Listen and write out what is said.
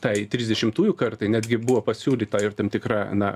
tai trisdešimtųjų kartai netgi buvo pasiūlyta ir tam tikra na